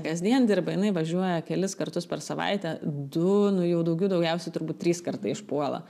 kasdien dirba jinai važiuoja kelis kartus per savaitę du nu jau daugių daugiausiai turbūt trys kartai išpuola